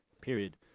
period